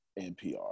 NPR